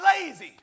lazy